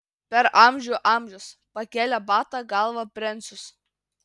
per amžių amžius pakėlė baltą galvą brencius